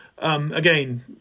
Again